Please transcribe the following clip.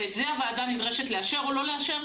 ואת זה הוועדה נדרשת לאשר או לא לאשר.